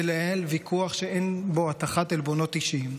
לנהל ויכוח שאין בו הטחת עלבונות אישיים.